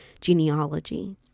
genealogy